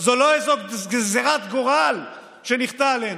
היא לא איזו גזרת גורל שנכפתה עלינו.